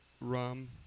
rum